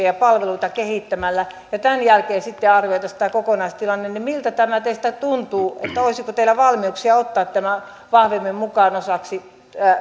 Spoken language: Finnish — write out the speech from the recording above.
ja ja palveluita kehittämällä ja tämän jälkeen sitten arvioitaisiin tämä kokonaistilanne niin miltä tämä teistä tuntuu olisiko teillä valmiuksia ottaa tämä vahvemmin mukaan osaksi